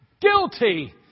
guilty